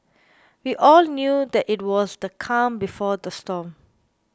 we all knew that it was the calm before the storm